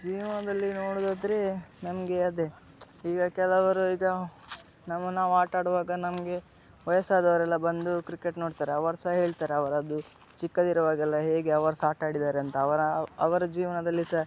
ಜೀವನದಲ್ಲಿ ನೋಡೋದದ್ರೇ ನಮಗೆ ಅದೆ ಈಗ ಕೆಲವರು ಈಗ ನಾವ ನಾವು ಆಟಾಡುವಾಗ ನಮಗೆ ವಯಸ್ಸಾದವರೆಲ್ಲ ಬಂದು ಕ್ರಿಕೆಟ್ ನೋಡ್ತಾರೆ ಅವರು ಸಹ ಹೇಳ್ತಾರೆ ಅವರದ್ದು ಚಿಕ್ಕದಿರುವಾಗೆಲ್ಲ ಹೇಗೆ ಅವರು ಸಹ ಆಟ ಆಡಿದ್ದಾರೆ ಅಂತ ಅವರ ಅವರ ಜೀವನದಲ್ಲಿ ಸಹ